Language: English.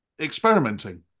experimenting